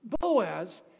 Boaz